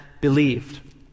believed